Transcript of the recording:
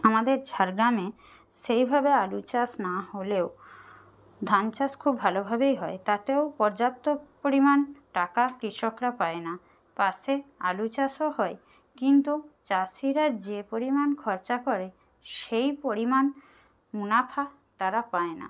আমাদের ঝাড়গ্রামে সেইভাবে আলু চাষ না হলেও ধান চাষ খুব ভালোভাবেই হয় তাতেও পর্যাপ্ত পরিমাণ টাকা কৃষকরা পায় না পাশে আলু চাষও হয় কিন্তু চাষিরা যে পরিমাণ খরচা করে সেই পরিমাণ মুনাফা তারা পায় না